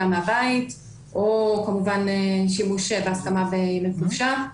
מהבית - או כמובן שימוש בהסכמה בימי חופשה.